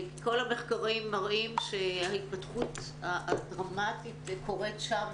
כי כל המחקרים מראים שההתפתחות הדרמטית קורית שם,